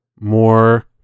more